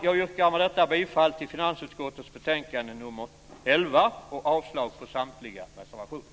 Jag yrkar med detta bifall till finansutskottets förslag i betänkande nr 11 och avslag på samtliga reservationer.